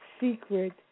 secret